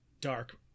dark